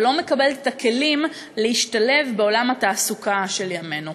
ולא מקבלת את הכלים להשתלב בעולם התעסוקה של ימינו.